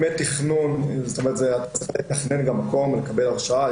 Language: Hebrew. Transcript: זה לתכנן את המקום, לקבל הרשאה.